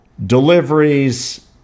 deliveries